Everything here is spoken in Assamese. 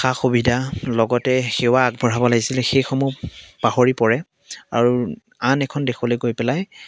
সা সুবিধা লগতে সেৱা আগবঢ়াব লাগিছিলে সেইসমূহ পাহৰি পৰে আৰু আন এখন দেশলৈ গৈ পেলাই